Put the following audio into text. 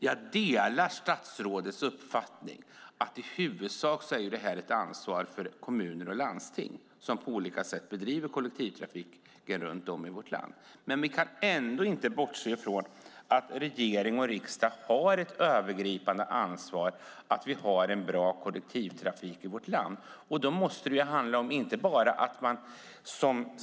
Jag delar statsrådets uppfattning att detta i huvudsak är ett ansvar för kommuner och landsting som på olika sätt bedriver kollektivtrafiken runt om i vårt land. Vi kan dock inte bortse från att regering och riksdag har ett övergripande ansvar för att Sverige har en bra kollektivtrafik.